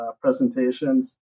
presentations